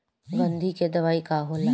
गंधी के दवाई का होला?